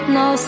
no